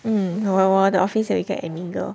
mm 我我的 office 有一个 admin girl